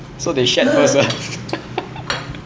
so they shat first ah